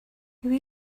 who